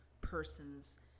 person's